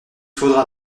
faudra